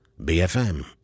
BFM